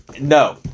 No